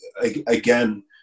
again